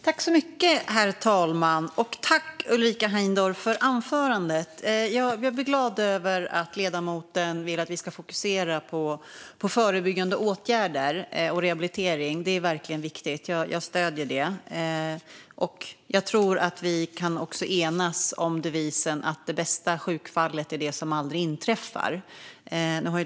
Herr talman! Tack, Ulrika Heindorff, för anförandet! Jag blir glad över att ledamoten vill att vi ska fokusera på förebyggande åtgärder och rehabilitering. Det är verkligen viktigt. Jag stöder det. Jag tror också att vi kan enas om devisen att det bästa sjukfallet är det som aldrig inträffar.